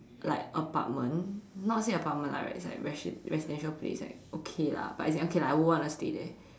like apartment not say apartment lah its like resi~ residential place lah but like okay lah I wouldn't want to stay there